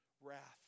wrath